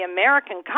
American